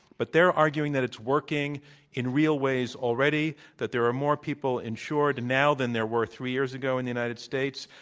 but they're arguing that it's working in real ways already, that there are more people insured now than there were three years ago in the united states,